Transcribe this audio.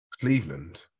Cleveland